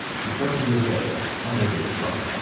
he suddenly observed, hung over the clock,